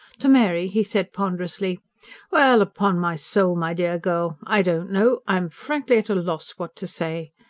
to mary he said ponderously well, upon my soul, my dear girl, i don't know i am frankly at a loss what to say.